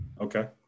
Okay